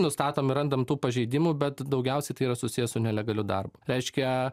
nustatom randam tų pažeidimų bet daugiausiai tai yra susiję su nelegaliu darbu reiškia